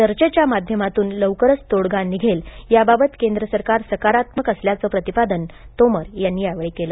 चर्चेच्या माध्यमातून लवकरच तोडगा निघेल याबाबत केंद्र सरकार सकारात्मक असल्याचं प्रतिपादन तोमर यांनी केलं